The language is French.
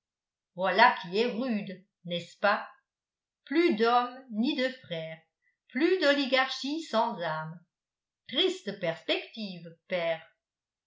voilà qui est rude n'est-ce pas plus d'hommes ni de frères plus d'oligarchie sans âme triste perspective père